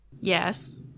yes